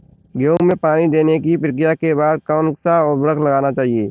गेहूँ में पानी देने की प्रक्रिया के बाद कौन सा उर्वरक लगाना चाहिए?